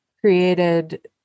created